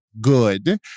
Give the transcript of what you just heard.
good